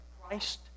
Christ